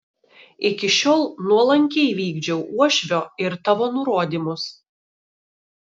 iki šiol nuolankiai vykdžiau uošvio ir tavo nurodymus